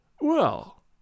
Well